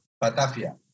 Batavia